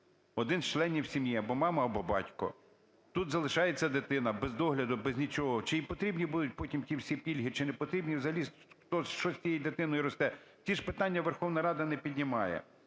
один з членів сім'ї: або мама, або батько, - тут залишається дитина без догляду, без нічого. Чи їй потрібні будуть потім ті всі пільги, чи не потрібні, взагалі хто, що з тієї дитини росте? Ті ж питання Верховна Рада не піднімає.